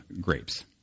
grapes